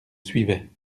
suivait